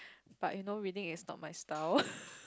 but you know reading is not my style